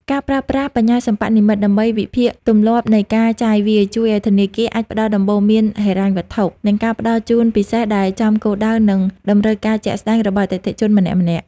ការប្រើប្រាស់ បញ្ញាសិប្បនិម្មិត ដើម្បីវិភាគទម្លាប់នៃការចាយវាយ ជួយឱ្យធនាគារអាចផ្ដល់ដំបូន្មានហិរញ្ញវត្ថុ និងការផ្ដល់ជូនពិសេសដែលចំគោលដៅ និងតម្រូវការជាក់ស្ដែងរបស់អតិថិជនម្នាក់ៗ។